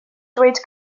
dweud